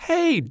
Hey